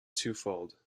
twofold